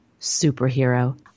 superhero